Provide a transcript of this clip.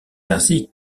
ainsi